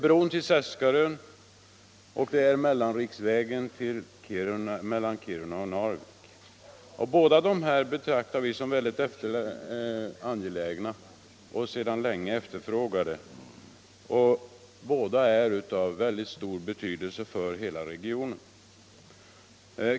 Bron till Seskarö är ett sådant projekt, och mellanriksvägen Kiruna-Narvik är ett annat. Båda är ytterst angelägna och efterfrågade sedan många år, och båda är av stor betydelse för hela regionen.